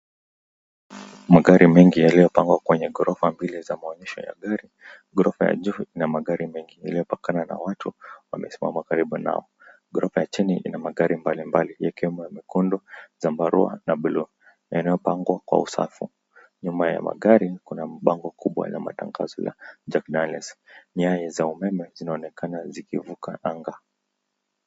magari mengi yalopangwa kwenye gorofa mbili za maonyesho ya gari, gorofa ya juu ina magari mengi, imepakana na watu wamesimama karibu nao. Gorofa ya jini ina magari mbali mbali, ikiwemo nyekundu, zambarua, na buluu inayopangwa kwa usafi, Nyuma ya magari kuna bango kubwa ya matangazo ya...nyayo za umeme zinaonekana zikivuka anga.